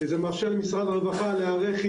זה מאפשר למשרד הרווחה להיערך,